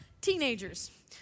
teenagers